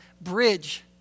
bridge